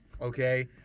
Okay